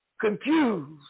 confused